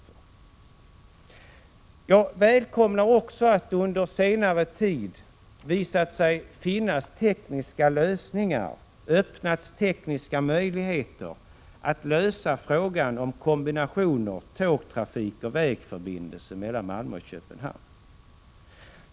Jag välkomnar också att det under senare tid visat sig finnas tekniska lösningar på frågan om kombinationer mellan tågtrafik och landsvägsförbindelse mellan Malmö och Köpenhamn.